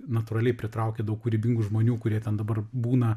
natūraliai pritraukia daug kūrybingų žmonių kurie ten dabar būna